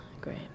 Great